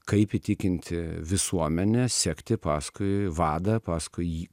kaip įtikinti visuomenę sekti paskui vadą paskui jį